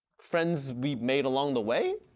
friends we made along the way?